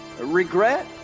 regret